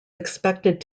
expected